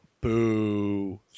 boo